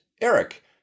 Eric